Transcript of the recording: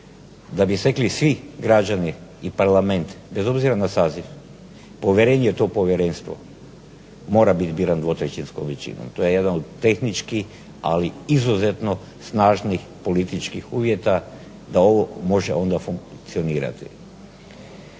da bi stekli svi građani i parlament bez obzira na saziv povjerenje u to povjerenstvo mora biti biran dvotrećinskom većinom. To je jedan od tehničkih ali izuzetno snažnih političkih uvjeta da ovo može onda funkcionirati.